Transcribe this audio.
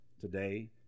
today